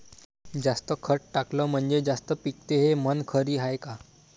जास्त खत टाकलं म्हनजे जास्त पिकते हे म्हन खरी हाये का?